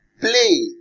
Play